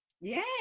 Yay